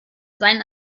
seinen